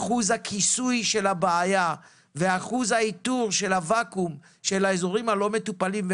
אחוז הכיסוי של הבעיה ואחוז האיתור של הוואקום ושל האזורים הלא-מטופלים.